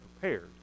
prepared